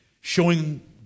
showing